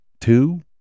Two